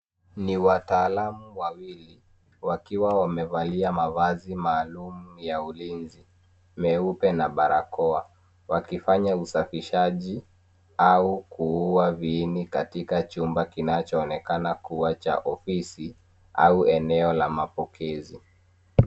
Ni wataalamu wawili wakiwa wamevalia mavazi maalumu ya ulinzi meupe na barakoa wakifanya usafishaji au kuua viini katika chumba kinachoonekana kuwa cha ofisi au eneo la mapokezi.